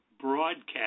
broadcast